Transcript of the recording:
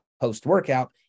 post-workout